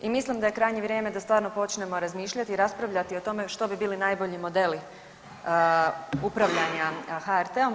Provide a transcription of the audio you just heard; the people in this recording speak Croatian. I mislim da je krajnje vrijeme da stvarno počnemo razmišljati i raspravljati o tome što bi bili najbolji modeli upravljanja HRT-om.